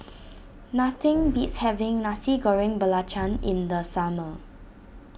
nothing beats having Nasi Goreng Belacan in the summer